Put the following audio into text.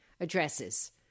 addresses